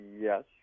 Yes